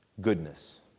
Goodness